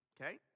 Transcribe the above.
Okay